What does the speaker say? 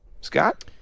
Scott